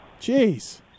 Jeez